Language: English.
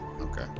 okay